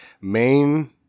main